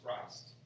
Christ